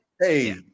hey